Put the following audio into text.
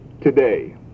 today